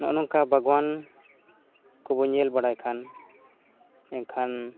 ᱱᱚᱜᱼᱚ ᱱᱚᱝᱠᱟ ᱵᱟᱜᱽᱣᱟᱱ ᱠᱚᱵᱚᱱ ᱧᱮᱞ ᱵᱟᱲᱟᱭ ᱠᱷᱟᱱ ᱮᱱᱠᱷᱟᱱ